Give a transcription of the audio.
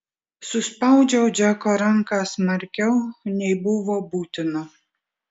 suspaudžiau džeko ranką smarkiau nei buvo būtina